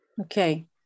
okay